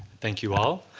thank you all.